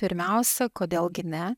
pirmiausia kodėl gi ne